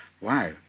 wow